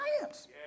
science